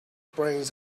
brains